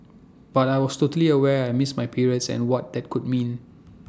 but I was totally aware I missed my periods and what that could mean